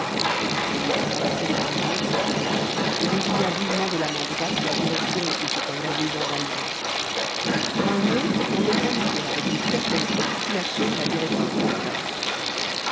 celui qui paraissait les conduire se tourna et désigna vivement de la main droite la direction où s'était engagé jean valjean un autre semblait indiquer avec une certaine obstination la direction contraire